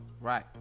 Right